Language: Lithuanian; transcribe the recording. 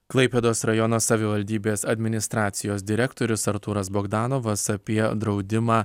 klaipėdos rajono savivaldybės administracijos direktorius artūras bogdanovas apie draudimą